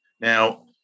Now